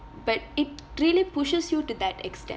but it really pushes you to that extent